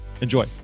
Enjoy